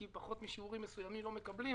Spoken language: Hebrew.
כי על פחות משיעורים מסוימים לא מקבלים.